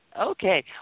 Okay